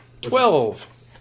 Twelve